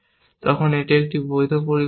তখন এটি একটি বৈধ পরিকল্পনা